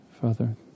Father